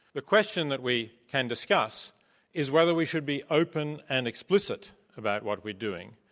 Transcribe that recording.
the question that we can discuss is whether we should be open and explicit about what we're doing,